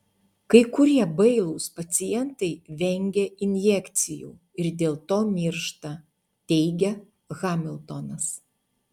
kai kurie bailūs pacientai vengia injekcijų ir dėl to miršta teigia hamiltonas